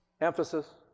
emphasis